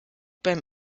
beim